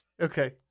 okay